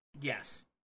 yes